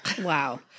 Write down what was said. Wow